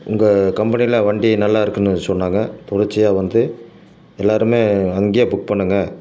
உங்கள் கம்பெனியில் வண்டி நல்லாருக்குதுன்னு சொன்னாங்க தொடர்ச்சியாக வந்து எல்லாரும் அங்கேயே புக் பண்ணுங்க